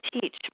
teach